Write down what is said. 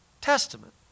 Testament